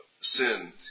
sin